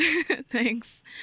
Thanks